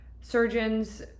surgeons